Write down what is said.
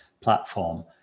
platform